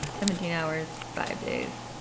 seventeen hours. five days.